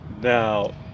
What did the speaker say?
now